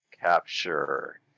Capture